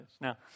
Now